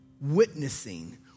witnessing